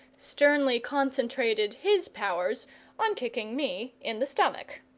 sternly concentrated his powers on kicking me in the stomach.